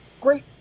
Great